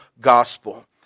gospel